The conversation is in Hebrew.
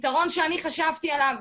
הפתרון שאני חשבתי עליו,